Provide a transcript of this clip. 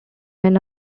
men